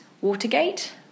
Watergate